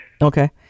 Okay